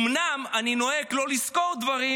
אומנם אני נוהג לא לזכור דברים,